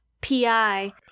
P-I